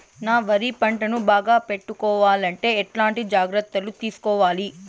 నా వరి పంటను బాగా పెట్టుకోవాలంటే ఎట్లాంటి జాగ్రత్త లు తీసుకోవాలి?